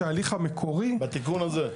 שההליך המקורי --- בתיקון הזה.